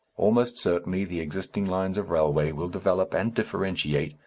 almost certainly the existing lines of railway will develop and differentiate,